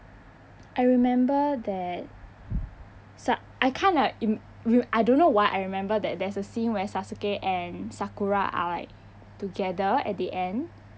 I remember that sa~ I kinda im~ I don't know why I remember that there is a scene where sasuke and sakura are like together at the end